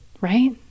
Right